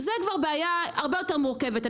זה כבר בעיה הרבה יותר מורכבת.